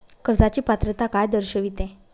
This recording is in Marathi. कर्जाची पात्रता काय दर्शविते?